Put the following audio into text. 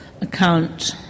account